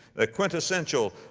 the quintessential,